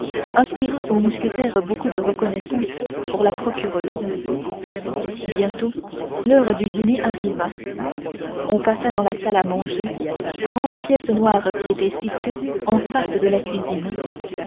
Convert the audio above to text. inspira au mousquetaire beaucoup de reconnaissance pour sa procureuse bientôt l'heure du dîner arriva on passa dans la salle à manger grande pièce noire qui était située en face de la cuisine